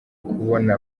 kubona